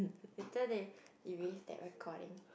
later they erase that recording